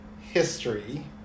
history